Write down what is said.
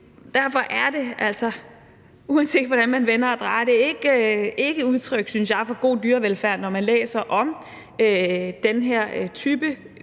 derfor er det, uanset hvordan man vender og drejer det, ikke et udtryk for god dyrevelfærd, synes jeg, når man læser om den her type